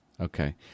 Okay